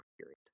period